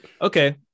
Okay